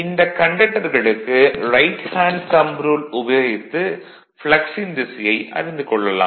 இந்த கண்டக்டர்களுக்கு right hand thumb rule உபயோகித்து ப்ளக்ஸின் திசையை அறிந்து கொள்ளலாம்